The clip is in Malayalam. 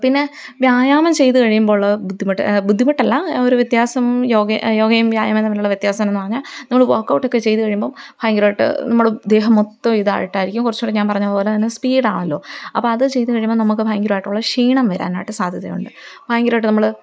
പിന്നെ വ്യായാമം ചെയ്തുകഴിയുമ്പോഴുള്ള ബുദ്ധിമുട്ട് ബുദ്ധിമുട്ടല്ല ഒരു വ്യത്യാസം യോഗയും വ്യായാമവും തമ്മിലുള്ള വ്യത്യാസം എന്നാന്നു പറഞ്ഞാല് നമ്മള് വർക്കൗട്ടൊക്കെ ചെയ്തുകഴിയുമ്പോള് ഭയങ്കരമായിട്ട് നമ്മള് ദേഹം മൊത്തം ഇതായിട്ടായിരിക്കും കുറച്ചുകൂടെ ഞാന് പറഞ്ഞ പോലെ തന്നെ സ്പീഡാണല്ലോ അപ്പോഴതു ചെയ്തുകഴിയുമ്പോള് നമുക്ക് ഭയങ്കരമായിട്ടുള്ള ക്ഷീണം വരാനായിട്ട് സാധ്യതയുണ്ട് ഭയങ്കരമായിട്ട് നമ്മള്